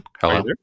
hello